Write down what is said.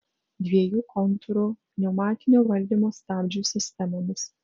dviejų kontūrų pneumatinio valdymo stabdžių sistemomis